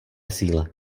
síle